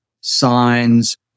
signs